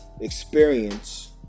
experience